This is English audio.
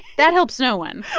that helps no one